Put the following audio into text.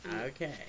Okay